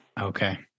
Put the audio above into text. Okay